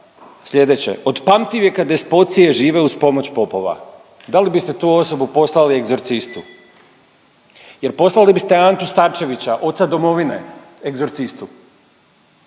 slijedeće. Od pamtivijeka despocije žive uz pomoć popova. Da li biste tu osobu poslali egzorcistu? Jer poslali biste Antu Starčevića, oca domovine egzorcistu.